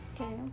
Okay